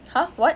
!huh! what